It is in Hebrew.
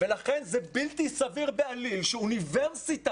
ולכן זה בלתי סביר בעליל שאוניברסיטה